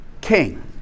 king